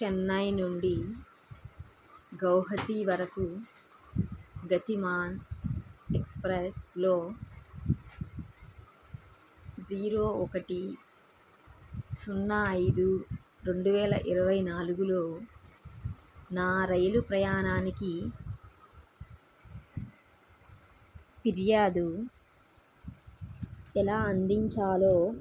చెన్నై నుండి గౌహతి వరకు గతిమాన్ ఎక్స్ప్రెస్స్లో జీరో ఒకటి సున్నా ఐదు రెండు వేల ఇరవై నాలుగులో నా రైలు ప్రయాణానికి ఫిర్యాదు ఎలా అందించాలో